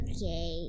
Okay